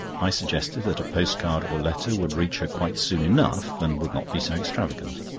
i suggested that a post-card or letter would reach her quite soon enough, and would not be so extravagant.